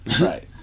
Right